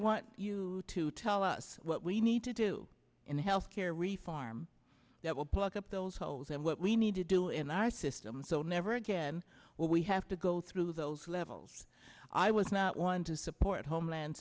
want you to tell us what we need to do in health care reform that will pluck up those holes in what we need to do in our system so never again will we have to go through those levels i was not one to support homeland